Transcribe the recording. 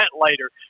later